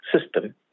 system